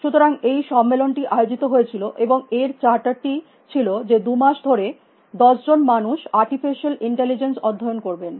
সুতরাং এই সম্মেলনটি আয়োজিত হয়েছিল এবং এর চার্টারটি ছিল যে 2 মাস ধরে দশ জন মানুষ আর্টিফিশিয়াল ইন্টেলিজেন্স অধ্যয়ন করবেন